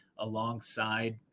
alongside